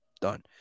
Done